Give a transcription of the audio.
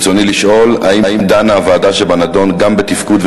ברצוני לשאול: 1. האם דנה הוועדה שבנדון גם בתפקוד,